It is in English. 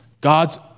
God's